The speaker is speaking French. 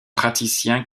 praticiens